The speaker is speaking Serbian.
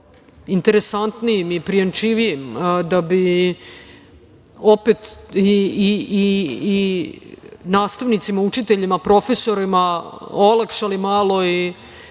interesantnijim i prijemčivijim, da bi opet i nastavnicima, učiteljima o profesorima olakšali malo